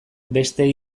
beste